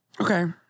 Okay